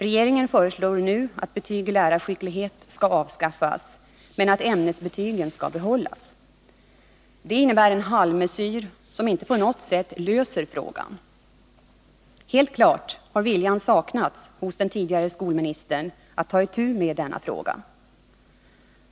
Regeringen föreslår nu att betyg i lärarskicklighet skall avskaffas men att ämnesbetygen skall behållas. Detta är en halvmesyr, som inte på något sätt löser frågan. Helt klart har viljan saknats hos den tidigare skolministern att ta itu med denna fråga.